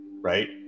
right